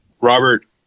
Robert